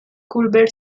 culver